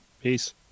Peace